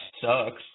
sucks